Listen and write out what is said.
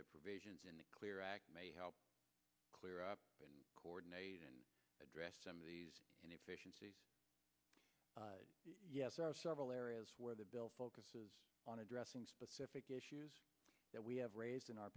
in the clear act may help clear up coordinate and address some of these inefficiencies yes there are several areas where the bill focuses on addressing specific issues that we have raised in our